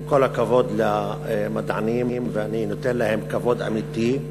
עם כל הכבוד למדענים, ואני נותן להם כבוד אמיתי,